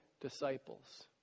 disciples